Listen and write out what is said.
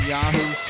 Yahoo